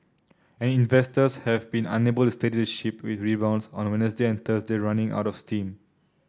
and investors have been unable to steady the ship with rebounds on Wednesday and Thursday running out of steam